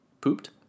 Pooped